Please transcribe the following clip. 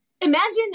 imagine